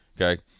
Okay